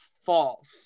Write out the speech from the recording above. False